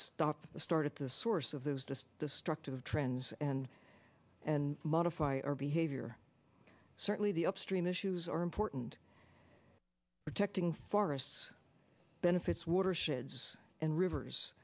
stop start at the source of those just destructive trends and and modify our behavior certainly the upstream issues are important protecting forests benefits watersheds and rivers